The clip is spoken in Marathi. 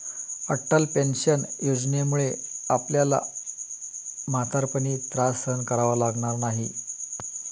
अटल पेन्शन योजनेमुळे आपल्याला म्हातारपणी त्रास सहन करावा लागणार नाही